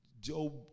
Job